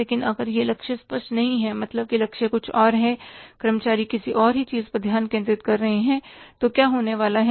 लेकिन अगर लक्ष्य स्पष्ट नहीं है मतलब की लक्ष्य कुछ और है कर्मचारी किसी और ही चीज़ पर ध्यान केंद्रित कर रहे हैं तो क्या होने वाला है